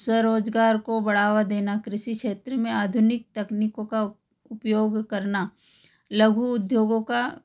स्वरोजगार को बढ़ावा देना कृषि क्षेत्र में आधुनिक तकनीकों का उपयोग करना लघु उद्योगों का